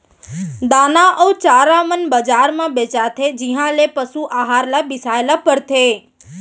दाना अउ चारा मन बजार म बेचाथें जिहॉं ले पसु अहार ल बिसाए ल परथे